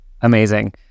Amazing